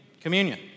communion